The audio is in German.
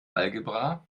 algebra